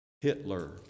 Hitler